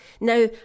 Now